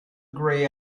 grey